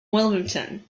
wilmington